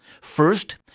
First